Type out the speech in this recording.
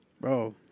Bro